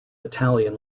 italian